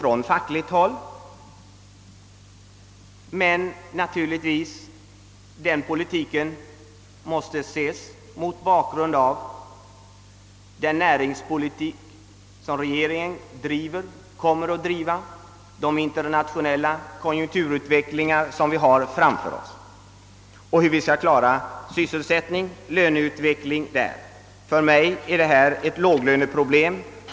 Den importpolitiken måste dock ses mot bakgrunden av den näringspolitik, som regeringen driver och kommer att driva, samt den internationella konjunkturutveckling som vi har framför oss, hur vi skall klara sysselsättning och löneutveckling o.s.v. För mig är detta ett låglöneproblem.